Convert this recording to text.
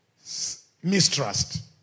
mistrust